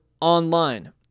Online